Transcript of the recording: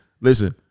listen